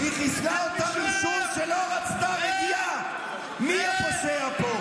מצרים זועמת: נתניהו עבד עלינו.